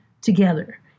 together